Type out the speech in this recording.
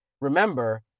remember